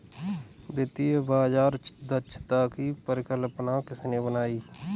वित्तीय बाजार दक्षता की परिकल्पना किसने बनाई?